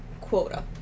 quota